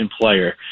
player